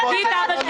תכבדי את אבא שלו.